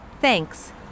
Thanks